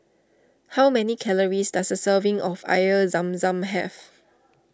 how many calories does a serving of Air Zam Zam have